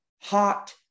hot